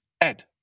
Ed